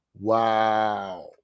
Wow